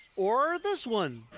or this one.